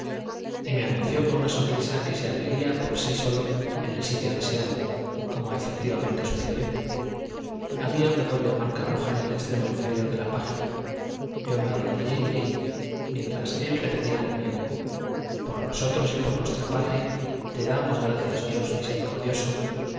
y me anunció con una sonrisa que se abriría por sí solo en el sitio deseado como efectivamente sucedió había una doble marca roja en el extremo inferior de la página yo me arrodillé y leí mientras él repetía conmigo por nosotros y por nuestra patria te damos gracias dios misericordioso